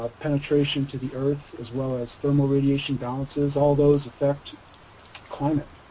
ah penetration to the earth, as well as thermal radiation balances. all those affect climate.